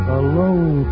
alone